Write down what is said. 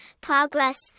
progress